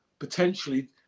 Potentially